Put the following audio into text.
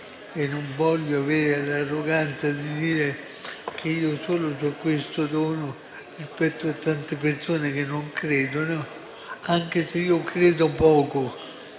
non voglio avere l'arroganza di dire che solo io ho questo dono rispetto a tante persone che non credono, anche se credo poco